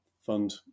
fund